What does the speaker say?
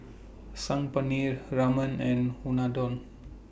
Saag Paneer Ramen and Unadon